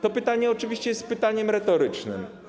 To pytanie, oczywiście, jest pytaniem retorycznym.